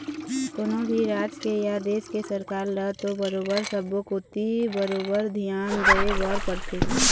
कोनो भी राज के या देश के सरकार ल तो बरोबर सब्बो कोती बरोबर धियान देय बर परथे